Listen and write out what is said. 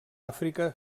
àfrica